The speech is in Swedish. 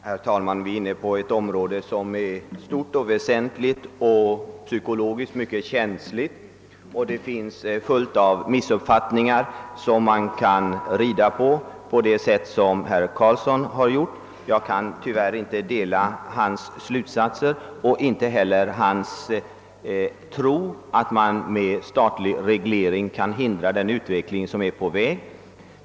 Herr talman! Vi diskuterar nu ett stort och väsentligt område, som psykologiskt är mycket känsligt. Det förekommer en mängd missuppfattningar i detta sammanhang som man, på det sätt herr Karlsson i Huddinge här gjort, kan rida på. Jag kan tyvärr inte dela hans slutsatser och inte heller hans tro att vi genom statlig reglering kan hindra den utveckling som är på väg.